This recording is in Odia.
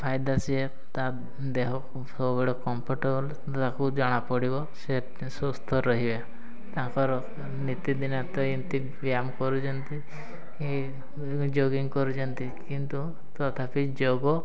ଫାଇଦା ସିଏ ତା ଦେହ ସବୁବେଳେ କମ୍ଫର୍ଟେବଲ୍ ତାକୁ ଜଣାପଡ଼ିବ ସେ ସୁସ୍ଥ ରହିବେ ତାଙ୍କର ନୀତିଦିନ ତ ଏମିତି ବ୍ୟାୟାମ କରୁଛନ୍ତି ଜଗିଂ କରୁଛନ୍ତି କିନ୍ତୁ ତଥାପି ଯୋଗ